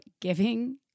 giving